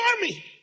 army